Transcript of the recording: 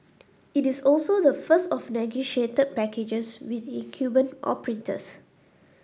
it is also the first of negotiated packages with incumbent operators